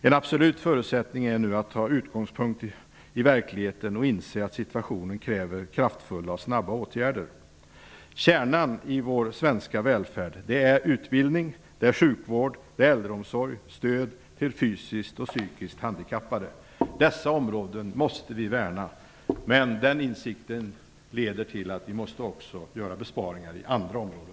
En absolut förutsättning är nu att ta utgångspunkt i verkligheten och inse att situationen kräver kraftfulla och snabba åtgärder. Kärnan i vår svenska välfärd är utbildning, sjukvård, äldreomsorg samt stöd till fysiskt och psykiskt handikappade. Dessa områden måste vi värna. Men denna insikt leder till att vi också måste göra besparingar på andra områden.